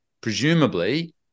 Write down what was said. presumably